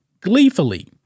gleefully